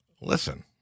listen